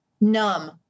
numb